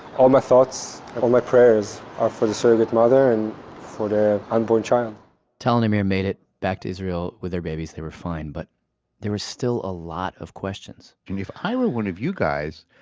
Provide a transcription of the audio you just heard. all my thoughts, all my prayers are for the surrogate mother and for the unborn child tal and amir made it back to israel with their babies, they were fine but there were still a lot of questions if i were were you guys,